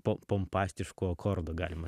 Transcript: po pompastiško akordu galima